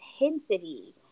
intensity